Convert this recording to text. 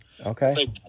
Okay